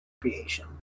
creation